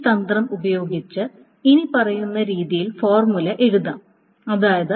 ഈ തന്ത്രം ഉപയോഗിച്ച് ഇനിപ്പറയുന്ന രീതിയിൽ ഫോർമുല എഴുതാം അതായത്